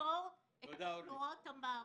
לפתור את תחלואות המערכת.